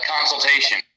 consultation